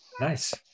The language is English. Nice